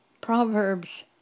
Proverbs